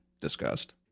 discussed